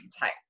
type